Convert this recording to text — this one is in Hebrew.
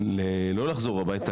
לא לחזור הביתה,